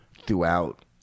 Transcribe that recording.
Throughout